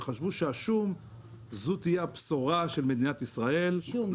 וחשבו שהשום יהיה הבשורה של מדינת ישראל --- שום,